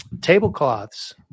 tablecloths